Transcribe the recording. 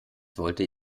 wollte